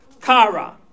kara